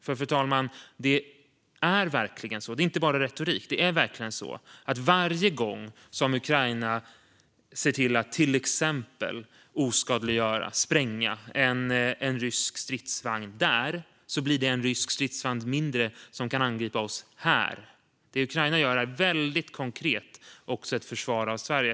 Det är verkligen så, fru talman, och det är inte bara retorik, att varje gång som Ukraina ser till att till exempel oskadliggöra och spränga en rysk stridsvagn där blir det en rysk stridsvagn mindre som kan angripa oss här. Det som Ukraina gör är väldigt konkret också ett försvar av Sverige.